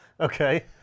Okay